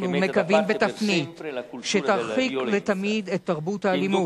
אנחנו מקווים לתפנית שתרחיק לתמיד את תרבות האלימות